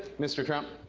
mr. trump.